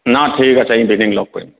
ঠিক আছে ইভিনিং লগ কৰিম